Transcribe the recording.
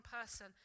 person